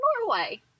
Norway